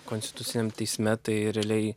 konstituciniam teisme tai realiai